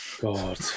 God